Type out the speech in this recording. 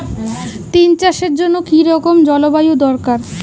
তিল চাষের জন্য কি রকম জলবায়ু দরকার?